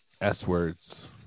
S-words